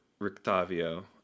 Rictavio